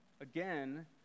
Again